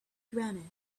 granite